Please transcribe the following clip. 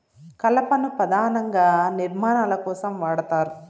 కలపను పధానంగా నిర్మాణాల కోసం వాడతారు